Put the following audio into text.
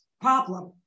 problem